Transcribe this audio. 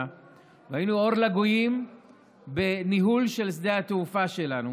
והיינו אור לגויים בניהול של שדה התעופה שלנו,